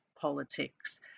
politics